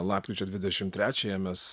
lapkričio dvidešim trečiąją mes